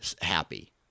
happy